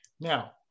Now